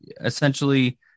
essentially